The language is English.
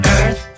Earth